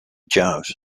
jobs